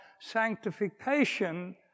sanctification